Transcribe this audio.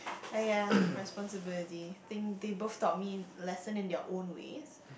and yeah responsibility think they both taught me lesson in their own ways